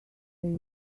they